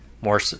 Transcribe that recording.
more